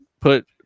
put